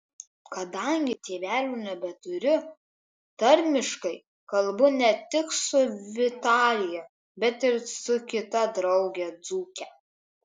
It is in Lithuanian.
kadangi tėvelių nebeturiu tarmiškai kalbu ne tik su vitalija bet ir su kita drauge dzūke